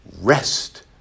Rest